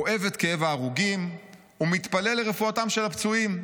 כואב את כאב ההרוגים, ומתפלל לרפואתם של הפצועים.